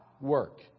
work